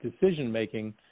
decision-making